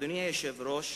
אדוני היושב-ראש,